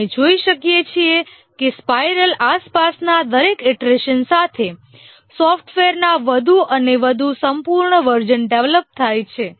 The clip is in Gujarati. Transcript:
આપણે જોઈ શકીએ છીએ કે સ્પાઇરલની આસપાસના દરેક ઇટરેશન સાથે સોફ્ટવેરનાં વધુ અને વધુ સંપૂર્ણ વર્ઝન ડેવલપ થાય છે